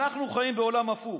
אנחנו חיים בעולם הפוך.